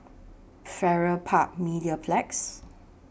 Farrer Park Mediplex